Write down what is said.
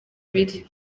biri